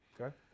Okay